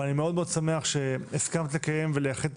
אבל אני מאוד מאוד שמח שהסכמת לקיים ולייחס את